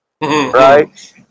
right